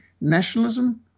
nationalism